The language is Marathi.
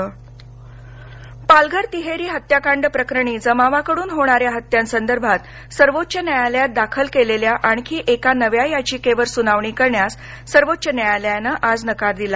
पालघर पालघर तिहेरी हत्याकांड प्रकरणी जमावाकडून होणाऱ्या हत्यांसंदर्भात सर्वोच्च न्यायालयात दाखल केलेल्या आणखी एका नव्या याचिकेवर सुनावणी करण्यास सर्वोच्च न्यायालयानं आज नकार दिला